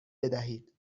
بدهید